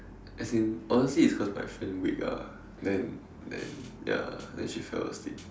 as in honestly it's cause my friend weak ah then then ya then she fell asleep